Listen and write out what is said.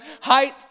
height